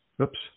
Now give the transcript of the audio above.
Oops